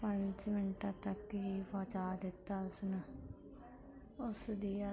ਪੰਜ ਮਿੰਟਾਂ ਤੱਕ ਹੀ ਪਹੁੰਚਾ ਦਿੱਤਾ ਉਸਨੇ ਉਸ ਦੀ ਆਦਿ